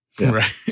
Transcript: right